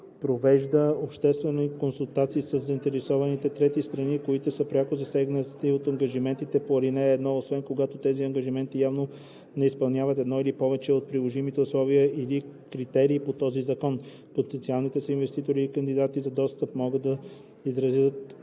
провежда обществена консултация със заинтересованите трети страни, които са пряко засегнати от ангажиментите по ал. 1, освен когато тези ангажименти явно не изпълняват едно или повече от приложимите условия или критерии по този закон. Потенциалните съинвеститори или кандидатите за достъп могат да изразят становище